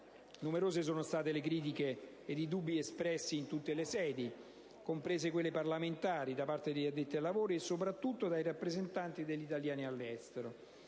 numerose sono state le critiche e i dubbi espressi in tutte le sedi, comprese quelle parlamentari, da parte degli addetti ai lavori e soprattutto dai rappresentanti degli italiani all'estero.